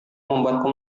membuatku